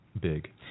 big